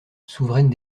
souveraine